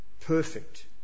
perfect